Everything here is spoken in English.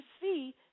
see